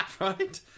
Right